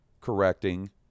correcting